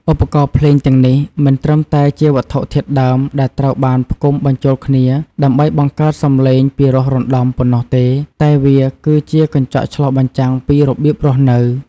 ឧបករណ៍ភ្លេងទាំងនេះមិនត្រឹមតែជាវត្ថុធាតុដើមដែលត្រូវបានផ្គុំបញ្ចូលគ្នាដើម្បីបង្កើតសំឡេងពិរោះរណ្ដំប៉ុណ្ណោះទេ តែវាគឺជាកញ្ចក់ឆ្លុះបញ្ចាំងពីរបៀបរស់នៅ។